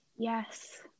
Yes